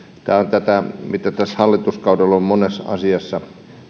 on tätä mitä tällä hallituskaudella on monessa asiassa